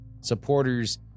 Supporters